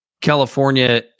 California